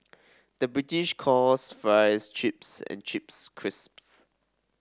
the British calls fries chips and chips crisps